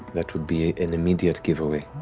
that would be an immediate giveaway.